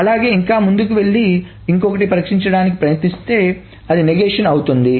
అలాగే ఇంకా ముందుకి వెళ్లి ఇంకొకటి పరిష్కరించడానికి ప్రయత్నిస్తే అదే నగేష్షన్ అవుతుంది